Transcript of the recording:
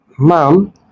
Mom